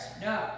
No